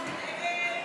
סעיפים